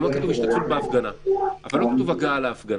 פה לא כתוב הגעה להפגנה.